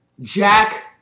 Jack